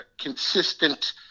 consistent